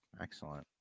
Excellent